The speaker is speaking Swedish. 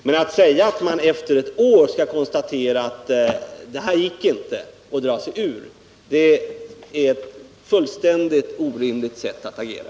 Men att säga att man efter bara ett år skall dra sig ur är ett fullständigt orimligt sätt att agera.